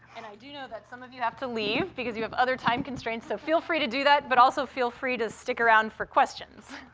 and i do know that some of you have to leave because you have other time constraints, so feel free to do that, but also feel free to stick around for questions.